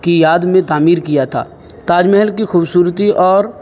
کی یاد میں تعمیر کیا تھا تاج محل کی خوبصورتی اور